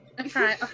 Okay